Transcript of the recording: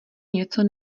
něco